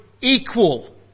equal